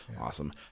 Awesome